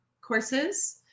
courses